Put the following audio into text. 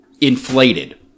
inflated